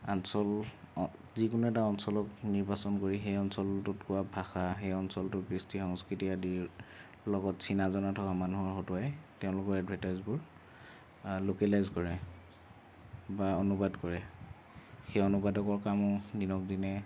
অঞ্চল যিকোনো এটা অঞ্চলক নিৰ্বাচন কৰি সেই অঞ্চলটোত কোৱা ভাষা সেই অঞ্চলটোৰ কৃষ্টি সংস্কৃতি আদিৰ লগত চিনা জনা থকা মানুহৰ হতুৱাই তেওঁলোকৰ এডভাৰটাইজ বোৰ লোকেলাইজ কৰে বা অনুবাদ কৰে সেই অনুবাদকৰ কামো দিনক দিনে